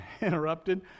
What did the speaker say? interrupted